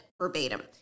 verbatim